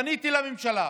פניתי לממשלה,